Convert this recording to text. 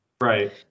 right